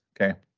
okay